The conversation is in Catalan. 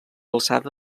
alçada